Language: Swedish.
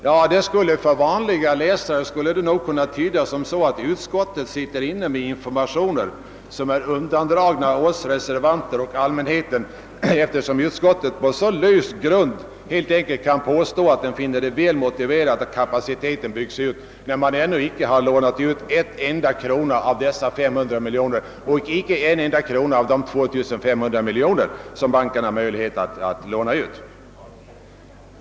— Ja, vanliga läsare skulle kunna tyda detta så, att utskottet sitter inne med informationer som är undandragna oss reservanter och allmänheten, när utskottsmajoriteten på så lösa grunder kan påstå att den finner det väl motiverat att kapaciteten byggs ut, fastän man ännu icke har lånat ut en enda krona av dessa 500 miljoner och icke heller en enda krona av de 2 500 miljoner som banken har möjlighet att låna ut.